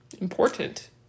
Important